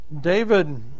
David